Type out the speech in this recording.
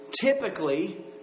typically